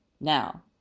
Now